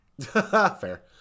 Fair